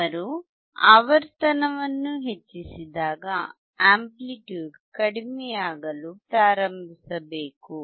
ಅವರು ಆವರ್ತನವನ್ನು ಹೆಚ್ಚಿಸಿದಾಗ ಅಂಪ್ಲಿಟ್ಯೂಡ್ ಕಡಿಮೆಯಾಗಲು ಪ್ರಾರಂಭಿಸಬೇಕು